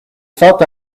felt